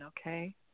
okay